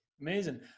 Amazing